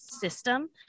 system